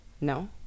No